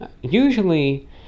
Usually